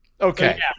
Okay